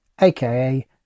aka